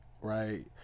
right